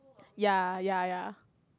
ya ya ya